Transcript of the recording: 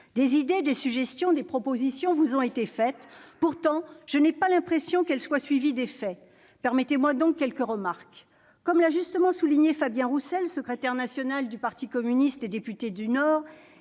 Des idées, des suggestions, des propositions vous ont été faites, mais je n'ai pas l'impression qu'elles ont été suivies d'effet. Permettez-moi donc d'avancer quelques remarques. Comme l'a justement souligné M. Fabien Roussel, secrétaire national du parti communiste français et député du Nord,